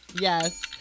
Yes